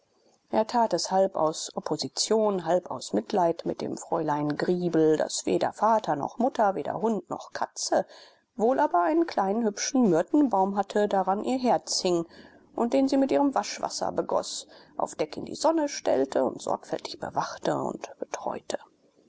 er tat es halb aus opposition halb aus mitleid mit dem fräulein griebel das weder vater noch mutter weder hund noch katze wohl aber einen kleinen hübschen myrtenbaum hatte daran ihr herz hing den sie mit ihrem waschwasser begoß auf deck in die sonne stellte und sorgfältig bewachte und